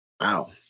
wow